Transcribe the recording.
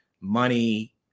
money